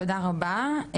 תודה רבה,